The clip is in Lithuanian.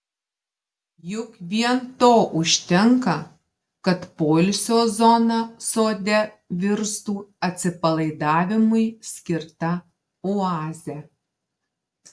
juk vien to užtenka kad poilsio zona sode virstų atsipalaidavimui skirta oaze